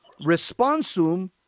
Responsum